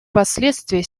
последствия